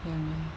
mm